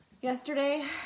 yesterday